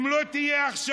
אם היא לא תהיה עכשיו,